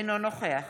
אינו נוכח